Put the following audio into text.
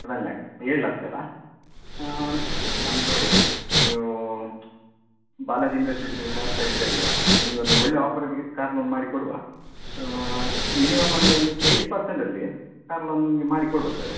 seven lakh ಏಳು ಲಕ್ಷ ಅಲ್ಲಾ ಹಾಂ ನಮ್ದು ನೋಡಿ ನೀವು ಬಾಲಾಜಿ ಇಂಡಸ್ಟ್ರಿಸ್ನಿಂದ ಅಂತ ಹೇಳ್ತಾ ಇದ್ದೀರ ನಿಮಗೊಂದು ಒಳ್ಳೆಯ ಆಫರಲ್ಲಿ ಕಾರ್ ಲೋನ್ ಮಾಡಿ ಕೊಡುವ ಹಾಂ ಮಿನಿಮಮ್ ಅಂದರೆ ಒಂದು ಏಟ್ ಪರ್ಸೆಂಟಲ್ಲಿ ಕಾರ್ ಲೋನ್ ನಿಮಗೆ ಮಾಡಿ ಕೊಡುವ ಸರ್